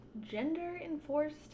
gender-enforced